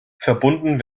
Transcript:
verbunden